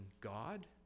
God